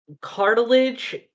cartilage